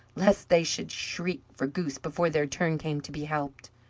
lest they should shriek for goose before their turn came to be helped.